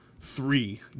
three